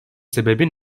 sebebi